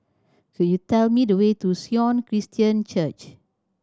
could you tell me the way to Sion Christian Church